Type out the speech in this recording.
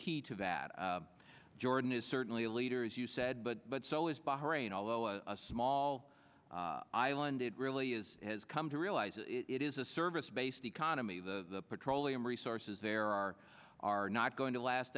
key to that jordan is certainly a leader as you said but so is bahrain although on a small island it really is has come to realize that it is a service based economy the petroleum resources there are are not going to last